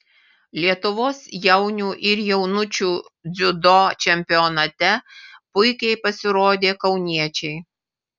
lietuvos jaunių ir jaunučių dziudo čempionate puikiai pasirodė kauniečiai